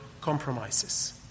compromises